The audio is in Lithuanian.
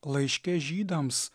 laiške žydams